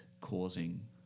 causing